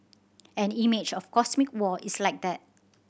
an image of cosmic war is like that